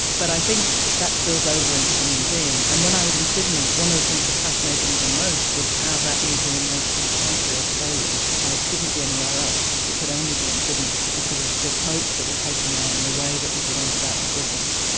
but i think that spills over into the museum. and when i was in sydney, one of the things that fascinated me the most was how that museum was quintessentially australian, how it couldn't be anywhere else, it could only be in sydney because of the approach that was taken there and the way that people went about their business.